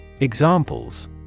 Examples